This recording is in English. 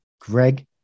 Greg